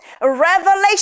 Revelation